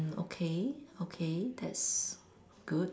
okay okay that's good